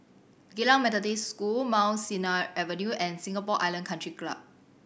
Geylang Methodist School Mount Sinai Avenue and Singapore Island Country Club